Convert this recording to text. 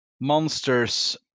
monsters